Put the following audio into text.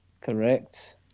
Correct